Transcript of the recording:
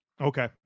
Okay